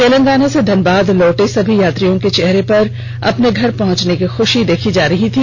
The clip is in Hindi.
तेलंगाना से धनबाद लौटे सभी यात्रियों के चेहरे पर अपने घर पहुंचने की खुपी साफ साफ झलक रही थी